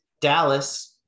Dallas